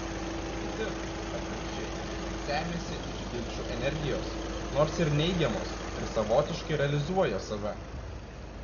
kiti atvirkščiai semiasi iš ginčų energijos nors ir neigiamos ir savotiškai realizuoja save